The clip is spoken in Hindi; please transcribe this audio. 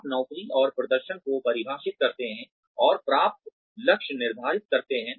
आप नौकरी और प्रदर्शन को परिभाषित करते हैं और प्राप्त लक्ष्य निर्धारित करते हैं